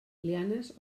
lianes